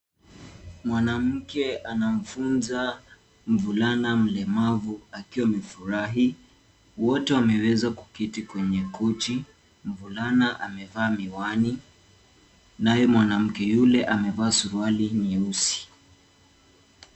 Mwanamke anamfunza mvulana mlemavu akiwa amefurahi. Wote wameweza kuketi kwenye kochi. Mvulana amevaa miwani naye mwanamke yule amevaa suruali nyeusi.